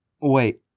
Wait